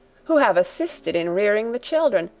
who have assisted in rearing the children,